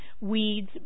weeds